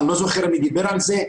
אני לא זוכר מי דיבר על זה,